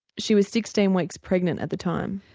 she was sixteen weeks pregnant at the time.